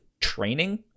training